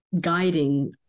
guiding